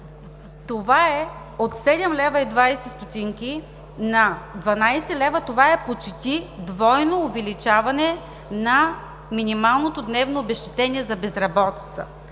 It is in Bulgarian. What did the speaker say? знаят. От 7,20 лв. на 12 лв. – това е почти двойно увеличаване на минималното дневно обезщетение за безработица.